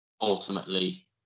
ultimately